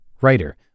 writer